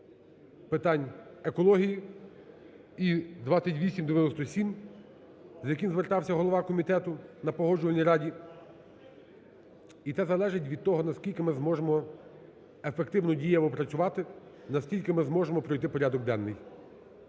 питань екології, і 2897, з яким звертався голова комітету на Погоджувальній раді. І це залежить від того, наскільки ми зможемо ефективно, дієво працювати, наскільки ми зможемо пройти порядок денний.